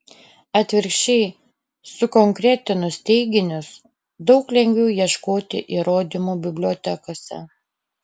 atvirkščiai sukonkretinus teiginius daug lengviau ieškoti įrodymų bibliotekose